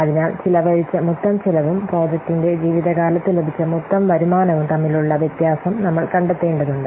അതിനാൽ ചെലവഴിച്ച മൊത്തം ചെലവും പ്രോജക്റ്റിന്റെ ജീവിതകാലത്ത് ലഭിച്ച മൊത്തം വരുമാനവും തമ്മിലുള്ള വ്യത്യാസം നമ്മൾ കണ്ടെത്തേണ്ടതുണ്ട്